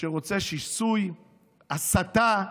שרוצה שיסוי, הסתה,